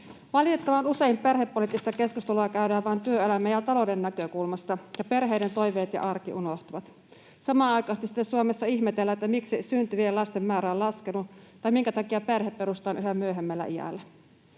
Valitettavan usein perhepoliittista keskustelua käydään vain työelämän ja talouden näkökulmasta, ja perheiden toiveet ja arki unohtuvat. Samanaikaisesti sitten Suomessa ihmetellään, miksi syntyvien lasten määrä on laskenut tai minkä takia perhe perustetaan yhä myöhemmällä iällä.